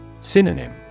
Synonym